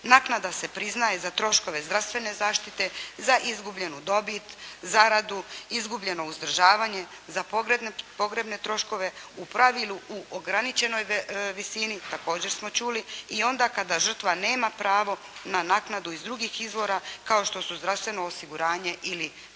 Naknada se priznaje za troškove zdravstvene zaštite, za izgubljenu dobit, zaradu, izgubljeno uzdržavanje, za pogrebne troškove. U pravilu u ograničenoj visini također smo čuli i onda kada žrtva nema pravo na naknadu iz drugih izvora kao što su zdravstveno osiguranje ili pak mirovinsko